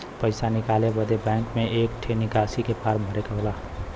पइसा निकाले बदे बैंक मे एक ठे निकासी के फारम भरे के होला